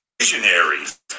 Visionaries